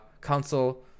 console